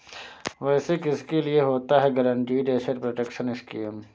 वैसे किसके लिए होता है गारंटीड एसेट प्रोटेक्शन स्कीम?